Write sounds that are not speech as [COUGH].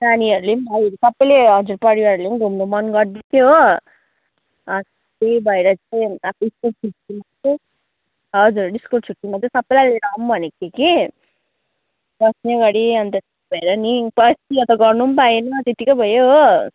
नानीहरूले पनि भाइहरू सबैले परिवारले पनि घुम्नु मन गर्दैथियो हो त्यही भएर चाहिँ आफ्नो [UNINTELLIGIBLE] चाहिँ हजुर स्कुल छुट्टीमा चाहिँ सबैलाई लिएर आऊँ भनेको थिएँ कि बस्ने गरी अनि त त्यही भएर नि पर्सि यहाँ त गर्नु पनि पाएन त्यतिकै भयो हो